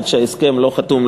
עד שההסכם לא חתום,